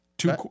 Two